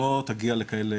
טכנית.